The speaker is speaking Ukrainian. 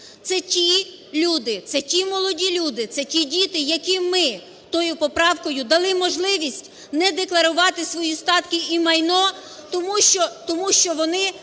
Це ті люди, це ті молоді люди, яким ми тою поправкою дали можливість не декларувати свої статки і майно. Тому що вони